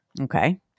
Okay